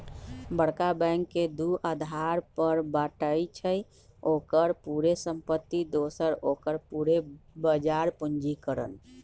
बरका बैंक के दू अधार पर बाटइ छइ, ओकर पूरे संपत्ति दोसर ओकर पूरे बजार पूंजीकरण